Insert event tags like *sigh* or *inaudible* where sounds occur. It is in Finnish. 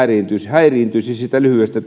häiriintyisi siitä lyhyestä *unintelligible*